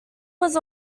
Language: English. was